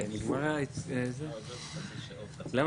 אני פותח את הישיבה.